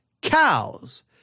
cows